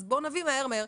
אז בואו נביא מהר-מהר.